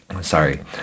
Sorry